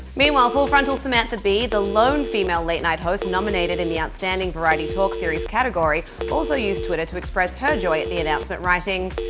meanwhile, full frontal's samantha bee, the lone female late-night host nominated in the outstanding variety talk series category, also used twitter to express her joy at the announcement, writing,